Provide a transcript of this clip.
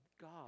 God